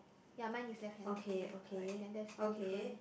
ya mine is left hand okay correct then that's one difference